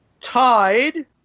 Tied